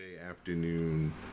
afternoon